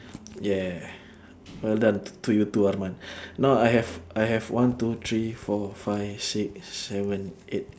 yeah well done t~ to you too arman now I have I have one two three four five six seven eight